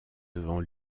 devant